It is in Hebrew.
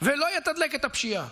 ולא יתדלק את הפשיעה,